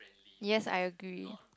yes I agree